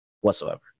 whatsoever